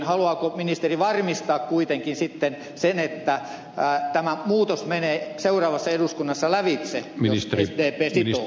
haluaako ministeri varmistaa kuitenkin sitten sen että tämä muutos menee seuraavassa eduskunnassa lävitse jos sdp sitoo